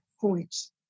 points